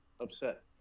upset